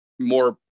more